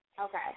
Okay